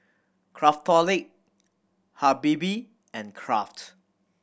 Craftholic Habibie and Kraft